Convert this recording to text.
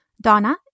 Donna